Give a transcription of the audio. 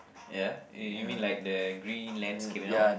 ya you you mean like the green landscape and all